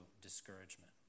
discouragement